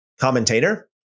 commentator